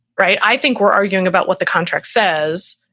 right? i think we're arguing about what the contract says.